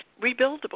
rebuildable